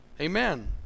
Amen